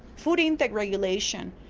food intake regulation,